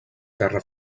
terra